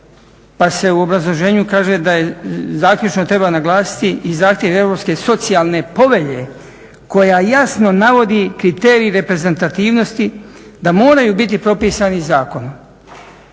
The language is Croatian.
pa se u obrazloženju kaže da zaključno treba naglasiti i zahtjev Europske socijalne povelje koja jasno navodi kriterij reprezentativnosti da moraju biti propisani zakonom.